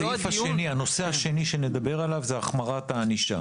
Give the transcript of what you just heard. הנושא השני שנדבר עליו זה החמרת הענישה.